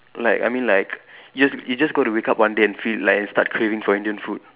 like I mean like you just you just got to wake up one day and feel like and start craving for Indian food